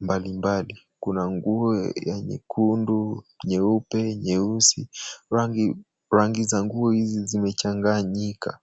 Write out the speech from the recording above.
mbali mbali. Kuna nguo ya nyekundu, nyeupe, nyeusi. Rangi za nguo hizi zimechanganyika.